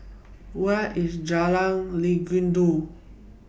Where IS Jalan Legundi